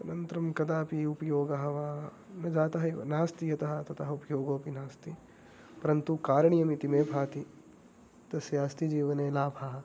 अनन्तरं कदापि उपयोगः वा न जातः एव नास्ति यतः ततः उपयोगोऽपि नास्ति परन्तु कारणीयम् इति मे भाति तस्य अस्ति जीवने लाभः